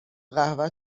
قهوه